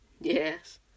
Yes